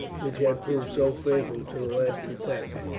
which had proved so fatal to the last attack.